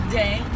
day